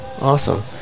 awesome